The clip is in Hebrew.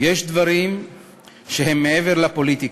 "יש דברים שהם מעבר לפוליטיקה,